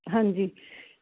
ਹਾਂਜੀ